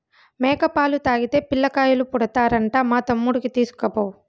మేక పాలు తాగితే పిల్లకాయలు పుడతారంట మా తమ్ముడికి తీస్కపో